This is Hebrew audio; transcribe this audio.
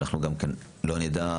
ואנחנו גם כן לא נדע,